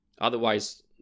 Otherwise